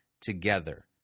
together